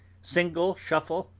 single shuffle,